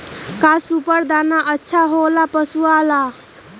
का सुपर दाना अच्छा हो ला पशु ला?